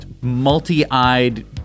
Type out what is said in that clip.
multi-eyed